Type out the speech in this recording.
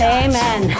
amen